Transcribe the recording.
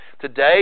today